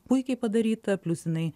puikiai padaryta plius jinai